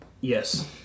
Yes